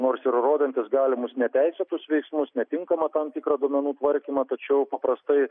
nors ir rodantys galimus neteisėtus veiksmus netinkamą tam tikrą duomenų tvarkymą tačiau paprastai